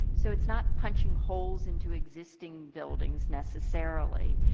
so it is not punching holes into existing buildings, necessarily.